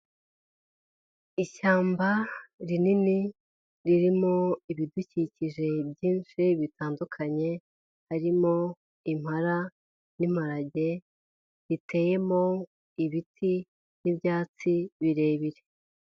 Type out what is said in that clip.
Ishyamba rinini ririmo ibidukikije byinshi bitandukanye, harimo impara n'imparage, riteyemo ibiti n'ibyatsi birebire.